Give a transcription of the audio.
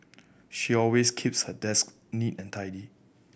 she always keeps her desk neat and tidy